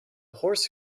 horse